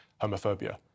homophobia